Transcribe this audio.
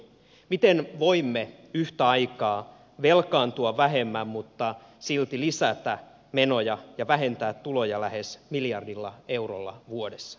miten voimme yhtä aikaa velkaantua vähemmän mutta silti lisätä menoja ja vähentää tuloja lähes miljardilla eurolla vuodessa